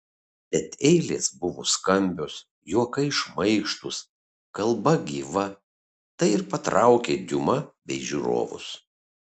bet eilės buvo skambios juokai šmaikštūs kalba gyva tai ir patraukė diuma bei žiūrovus